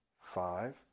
five